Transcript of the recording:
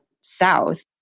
south